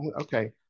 okay